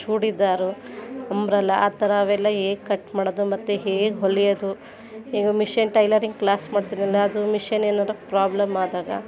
churidar umbrella ಆ ಥರ ಅವೆಲ್ಲ ಹೇಗೆ ಕಟ್ ಮಾಡೋದು ಮತ್ತು ಹೇಗೆ ಹೊಲೆಯೋದು ಈಗ ಮಿಷೆನ್ ಟೈಲರಿಂಗ್ ಕ್ಲಾಸ್ ಮಾಡ್ತಾರಲ್ಲ ಅದು ಮಿಷೆನ್ ಏನಾದರೂ ಪ್ರಾಬ್ಲಮ್ ಆದಾಗ